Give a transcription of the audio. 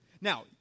Now